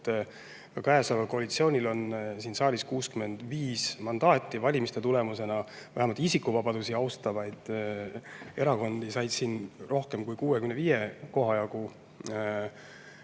praegusel koalitsioonil on siin saalis 65 mandaati, valimiste tulemusena vähemalt isikuvabadusi austavad erakonnad said siin rohkem kui 65 kohta.